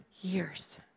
years